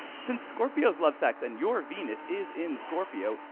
since scorpios love sex and your venus is in scorpio.